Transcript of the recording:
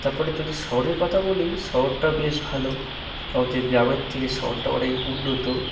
তারপরে যদি শহরের কথা বলি শহরটা বেশ ভালো আমাদের গ্রামের থেকে শহরটা অনেক উন্নত